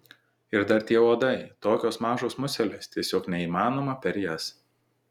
ir dar tie uodai tokios mažos muselės tiesiog neįmanoma per jas